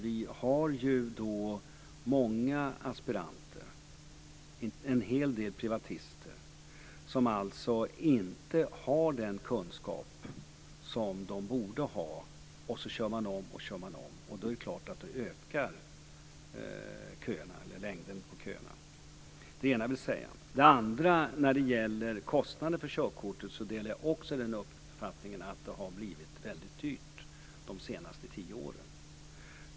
Vi har många aspiranter, en hel del privatister, som inte har den kunskap som de borde ha, och så kör de om och kör om. Då är det klart att längden på köerna ökar. Det är det ena jag vill säga. Det andra är att när det gäller kostnaderna för körkortet delar jag också uppfattningen att det har blivit väldigt dyrt de senaste tio åren.